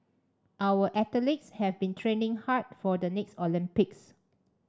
our athletes have been training hard for the next Olympics